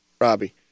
Robbie